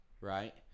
right